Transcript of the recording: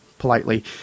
politely